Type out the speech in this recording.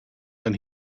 when